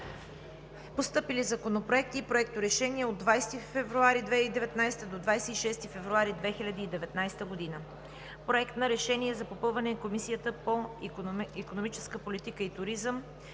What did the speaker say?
Постъпили законопроекти и проекторешения 20 – 26 февруари 2019 г.: Проект на решение за попълване на Комисията по икономическа политика и туризъм.